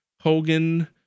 hogan